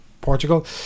Portugal